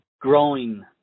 growing